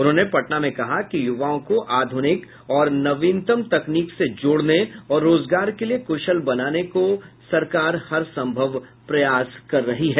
उन्होंने पटना में कहा कि युवाओं को आधुनिक और नवीनतम तकनीक से जोड़ने और रोजगार के लिये कुशल बनाने को सरकार हर संभव प्रयास कर रही है